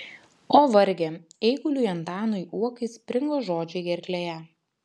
o varge eiguliui antanui uokai springo žodžiai gerklėje